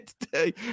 today